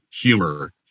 humor